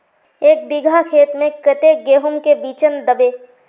एक बिगहा खेत में कते गेहूम के बिचन दबे?